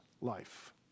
life